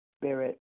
spirit